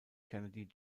kennedy